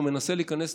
או מנסה להיכנס,